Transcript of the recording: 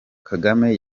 kagame